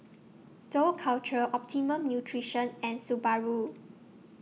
Dough Culture Optimum Nutrition and Subaru